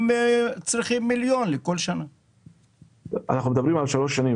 אנחנו מדברים על שלוש שנים.